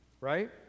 right